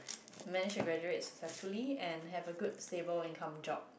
manage to graduate successfully and have a good stable income job